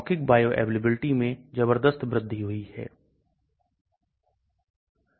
hydrogen bond donor और acceptor hydrogen bond donor और acceptor को जोड़कर जलीय घुलनशीलता को बदल सकते हैं